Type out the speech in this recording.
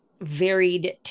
varied